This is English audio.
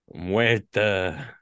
muerta